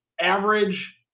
average